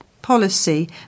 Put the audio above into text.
Policy